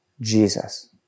Jesus